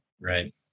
Right